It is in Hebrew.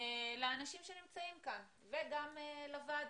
לאנשים שנמצאים כאן, וגם לוועדה?